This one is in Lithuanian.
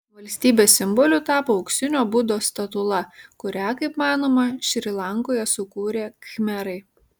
valstybės simboliu tapo auksinio budos statula kurią kaip manoma šri lankoje sukūrė khmerai